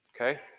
Okay